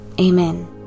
Amen